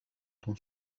دون